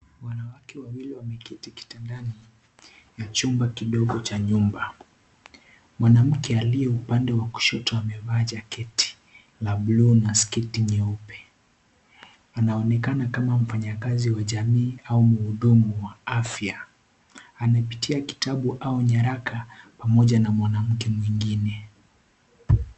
Wanawake wawili wameketi kitandani na chumba kidogo cha jumba. Mwanamke aliye upade wa kushoto amevaa jaketi la buluu na sketi nyeupe. Anaonekana kama mfanyakazi wa jamii au mhudumu wa afya. Anapitia kitabu au nyaraka pamoja na mwanamke mwengine.